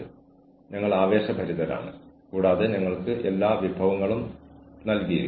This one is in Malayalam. കൂടാതെ അവരുടെ ഹാജർ നിലവാരം പുലർത്തുന്നില്ലെങ്കിൽ ഹാജർ കുറവാണെങ്കിൽ അവർക്ക് എന്ത് സംഭവിക്കുമെന്ന് അവർ അറിഞ്ഞിരിക്കണം